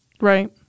Right